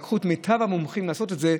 לקחו את מיטב המומחים לעשות את זה.